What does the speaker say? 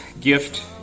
gift